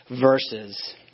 verses